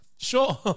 Sure